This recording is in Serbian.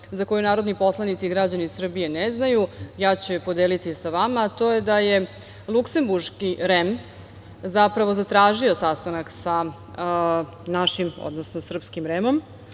za koju narodni poslanici i građani Srbije ne znaju, ja ću je podeliti sa vama, a to je da je luksemburški REM zapravo zatražio sastanak sa našim, odnosno srpskim REM-om